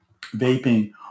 vaping